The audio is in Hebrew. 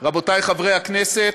רבותיי חברי הכנסת,